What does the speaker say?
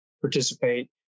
participate